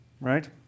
right